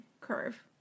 curve